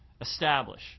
establish